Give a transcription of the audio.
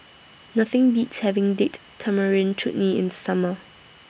Nothing Beats having Date Tamarind Chutney in The Summer